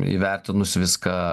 įvertinus viską